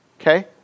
Okay